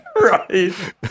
Right